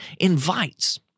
invites